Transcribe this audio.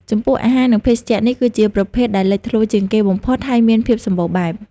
ចំពោះអាហារ និងភេសជ្ជៈនេះគឺជាប្រភេទដែលលេចធ្លោជាងគេបំផុត ហើយមានភាពសម្បូរបែប។